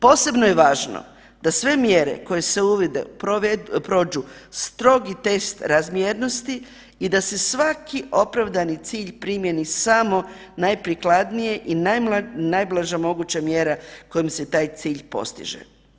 Posebno je važno da sve mjere koje se uvode prođu strogi test razmjernosti i da se svaki opravdani cilj primjeni samo najprikladnije i najblaža moguća mjera kojom se taj cilj postiže.